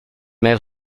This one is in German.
mail